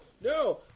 no